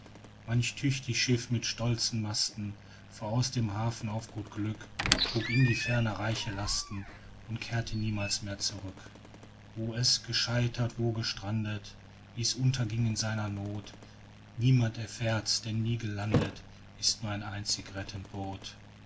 manch tüchtig schiff mit stolzen masten fuhr aus vom hafen auf gut glück trug in die ferne reiche lasten und kehrte niemals mehr zurück wo es gescheitert wo gestrandet wie's unterging in seiner noth niemand erfährt's denn nie gelandet ist nur ein